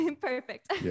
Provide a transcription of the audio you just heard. perfect